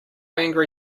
angry